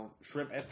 shrimp